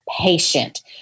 patient